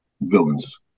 villains